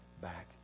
back